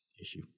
issue